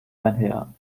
einher